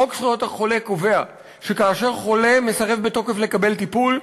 חוק זכויות החולה קובע שכאשר חולה מסרב בתוקף לקבל טיפול,